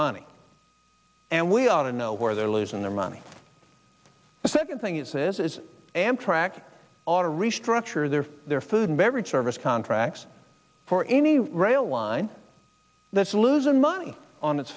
money and we ought to know where they're losing their money the second thing is this is amtrak to restructure their for their food and beverage service contracts for any rail line that's losing money on